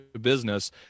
business